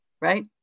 right